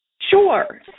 Sure